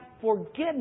forgiveness